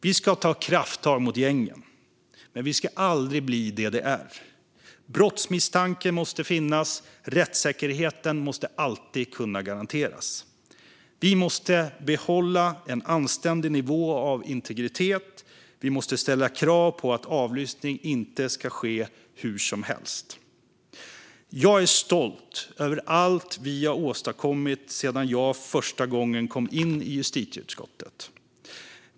Vi ska ta krafttag mot gängen, men vi ska aldrig bli DDR. Brottsmisstanke måste finnas. Rättssäkerheten måste alltid kunna garanteras. Vi måste behålla en anständig nivå av integritet. Vi måste ställa krav på att avlyssning inte ska ske hur som helst. Jag är stolt över allt vi har åstadkommit sedan jag för första gången kom in i justitieutskottet.